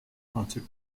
concert